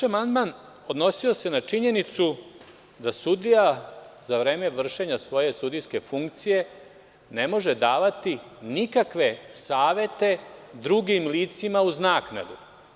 Naš amandman odnosio se na činjenicu da sudija za vreme vršenja svoje sudijske funkcije ne može davati nikakve savete drugim licima uz naknadu.